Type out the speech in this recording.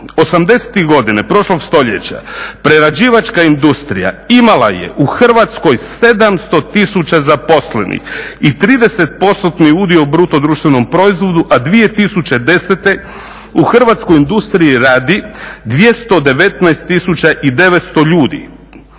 80. godina prošlog stoljeća prerađivačka industrija imala je u Hrvatskoj 700 tisuća zaposlenih i 30%-tni udio u bruto društvenom proizvodu, a 2010. u hrvatskoj industriji radi 219 900 ljudi,